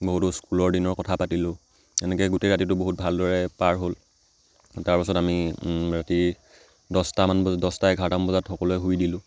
বহুতো স্কুলৰ দিনৰ কথা পাতিলোঁ এনেকৈ গোটেই ৰাতিটো বহুত ভালদৰে পাৰ হ'ল তাৰপাছত আমি ৰাতি দছটামান বজা দছটা এঘাৰটামান বজাত সকলোৱে শুই দিলোঁ